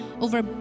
over